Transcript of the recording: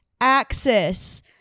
axis